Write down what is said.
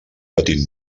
petit